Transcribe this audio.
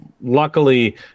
luckily